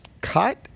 cut